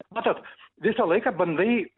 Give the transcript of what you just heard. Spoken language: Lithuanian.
matot visą laiką bandai